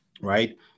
right